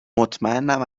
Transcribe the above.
مطمئنم